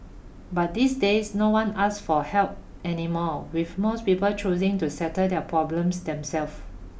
but these days no one ask for help anymore with most people choosing to settle their problems them self